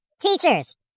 teachers